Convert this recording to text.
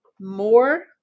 More